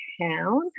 town